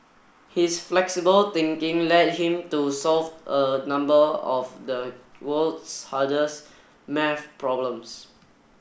his flexible thinking led him to solve a number of the world's hardest maths problems